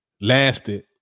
Lasted